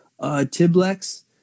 tiblex